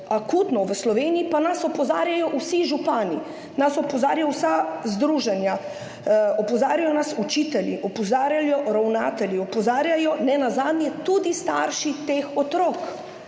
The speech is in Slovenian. akutno v Sloveniji, pa nas opozarjajo vsi župani, nas opozarjajo vsa združenja, opozarjajo nas učitelji, opozarjajo ravnatelji, opozarjajo nenazadnje tudi starši teh otrok.